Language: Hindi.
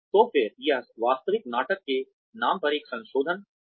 तो फिर यह वास्तविक नाटक के नाम का एक संशोधन है